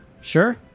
Sure